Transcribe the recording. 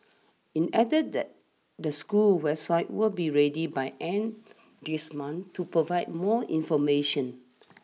it added that the school's website will be ready by end this month to provide more information